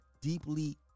deeply